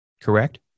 correct